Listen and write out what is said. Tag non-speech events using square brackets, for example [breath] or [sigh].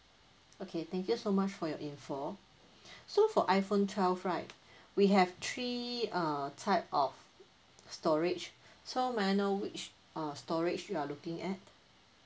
okay thank you so much for your info [breath] so for iphone twelve right we have three uh type of storage so may I know which uh storage you are looking at